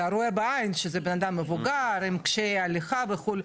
אתה רואה בעין שזה אדם מבוגר עם קשיי הליכה וכו'.